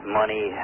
money